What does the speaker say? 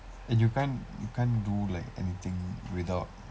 and you can't you can't do like anything without